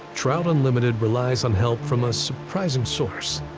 trout unlimited relies on help from a surprising source.